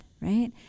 right